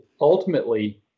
ultimately